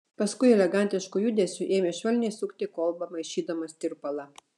paskui elegantišku judesiu ėmė švelniai sukti kolbą maišydamas tirpalą